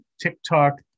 TikTok